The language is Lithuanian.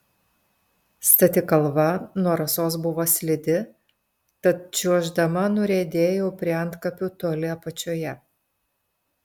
stati kalva nuo rasos buvo slidi tad čiuoždama nuriedėjau prie antkapių toli apačioje